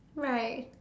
right